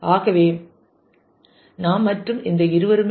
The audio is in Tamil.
ஆகவே நாம் மற்றும் இந்த இருவருமே இருந்தால் இது 0 0 0